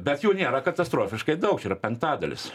bet jų nėra katastrofiškai daug čia yra penktadalis